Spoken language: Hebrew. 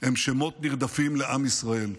הם שמות נרדפים לעם ישראל.